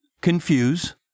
confuse